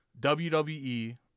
WWE